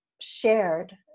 shared